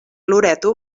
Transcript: loreto